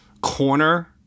corner